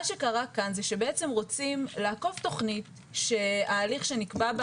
מה שקרה כאן זה שבעצם רוצים לעקוף תכנית שההליך שנקבע בה